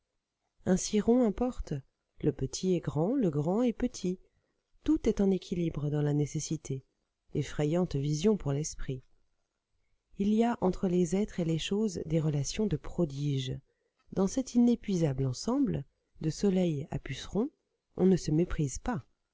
un ciron importe le petit est grand le grand est petit tout est en équilibre dans la nécessité effrayante vision pour l'esprit il y a entre les êtres et les choses des relations de prodige dans cet inépuisable ensemble de soleil à puceron on ne se méprise pas